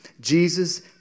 Jesus